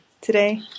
today